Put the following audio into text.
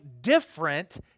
different